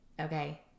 okay